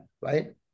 right